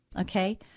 Okay